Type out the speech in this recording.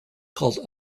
called